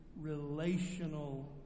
relational